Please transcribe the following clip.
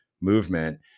movement